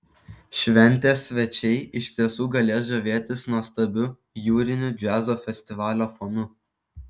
šventės svečiai iš tiesų galės žavėtis nuostabiu jūriniu džiazo festivalio fonu